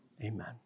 Amen